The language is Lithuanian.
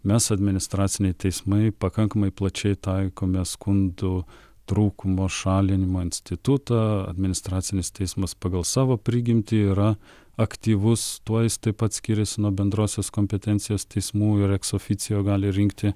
mes administraciniai teismai pakankamai plačiai taikome skundu trūkumo šalinimo institutą administracinis teismas pagal savo prigimtį yra aktyvus tuo jis taip pat skiriasi nuo bendrosios kompetencijos teismų ir eksoficijo gali rinkti